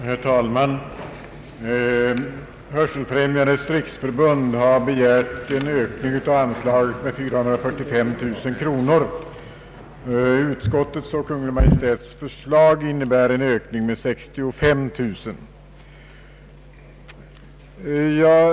Herr talman! Hörselfrämjandets riksförbund har begärt en ökning av nuvarande anslag med 445000 kronor. Kungl. Maj:ts och utskottets förslag innebär en ökning med 65 000 kronor för nästa budgetår.